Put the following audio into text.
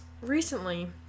recently